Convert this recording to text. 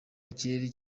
ikirere